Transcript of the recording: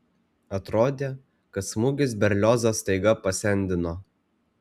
atrodė kad smūgis berliozą staiga pasendino